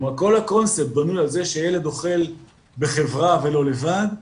כלומר כל הקונספט בנוי על זה שהילד אוכל בחברה ולא לבד,